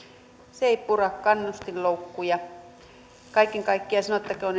se ei pura kannustinloukkuja kaiken kaikkiaan sanottakoon